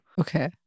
Okay